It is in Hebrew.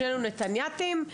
שנינו נתנייתים.